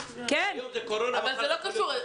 אבל זה לא קשור.